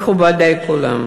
מכובדי כולם,